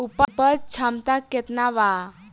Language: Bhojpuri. उपज क्षमता केतना वा?